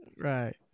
Right